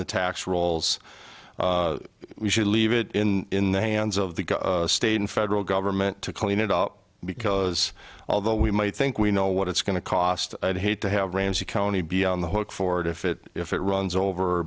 the tax rolls we should leave it in the hands of the state and federal government to clean it up because although we might think we know what it's going to cost i'd hate to have ramsey county be on the hook for it if it if it runs over